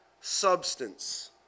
substance